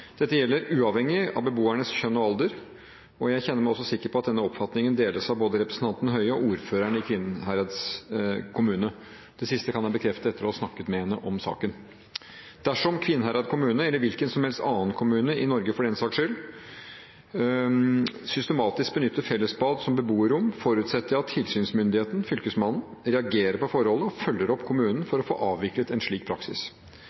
Dette gjelder uavhengig av beboernes kjønn og alder. Jeg kjenner meg også sikker på at denne oppfatningen deles av både representanten Høie og ordføreren i Kvinnherad kommune. Det siste kan jeg bekrefte etter å ha snakket med henne om saken. Dersom Kvinnherad kommune – eller hvilken som helst annen kommune i Norge for den saks skyld – systematisk benytter fellesbad som beboerrom, forutsetter jeg at tilsynsmyndigheten, Fylkesmannen, reagerer på forholdet og følger opp kommunen for å få avviklet en slik praksis.